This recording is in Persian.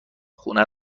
خونه